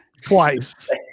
Twice